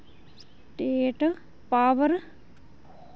state power